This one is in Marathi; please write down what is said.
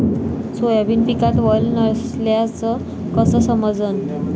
सोयाबीन पिकात वल नसल्याचं कस समजन?